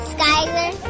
Skyler